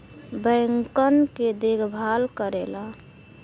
बैंकन के देखभाल करेला